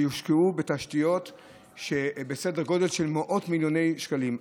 וישקיעו בתשתיות בסדר גודל של מאות מיליוני שקלים.